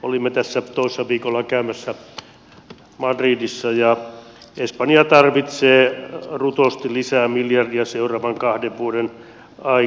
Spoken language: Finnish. olimme tässä toissa viikolla käymässä madridissa ja espanja tarvitsee rutosti lisää miljardeja seuraavan kahden vuoden aikana